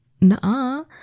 Nah